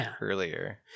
earlier